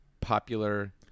popular